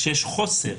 כשיש חוסר,